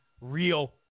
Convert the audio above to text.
real